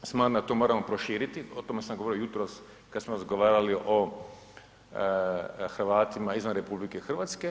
Smatram da to moramo proširiti, o tome sam govorio jutros kada smo razgovarali o Hrvatima izvan RH.